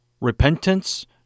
repentance